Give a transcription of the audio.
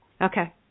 Okay